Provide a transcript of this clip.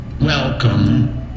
Welcome